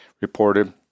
reported